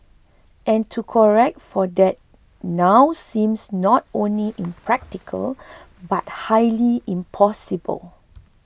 and to correct for that now seems not only impractical but highly impossible